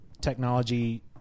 technology